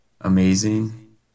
amazing